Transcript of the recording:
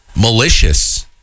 malicious